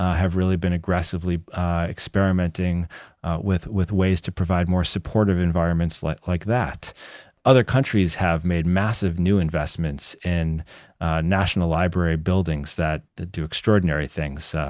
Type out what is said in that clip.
have really been aggressively experimenting with with ways to provide more supportive environments like like that other countries have made massive new investments in national library buildings that that do extraordinary things. so